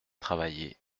travailler